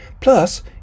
Plus